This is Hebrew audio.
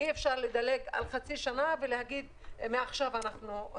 אי אפשר לדלג על חצי שנה ולהגיד: מעכשיו מתחילים.